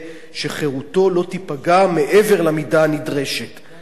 שחירותו לא תיפגע מעבר למידה הנדרשת לצורך